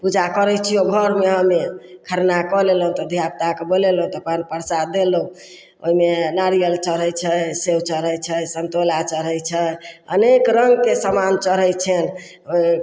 पूजा करै छिऔ घरमे हमे खरना कऽ लेलहुँ तऽ धिआपुताके बोलेलहुँ तऽ पर परसाद देलहुँ ओहिमे नारिअर चढ़ै छै सेब चढ़ै छै सनतोला चढ़ै छै अनेक रङ्गके समान चढ़ै छनि ओहि